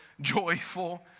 joyful